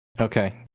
Okay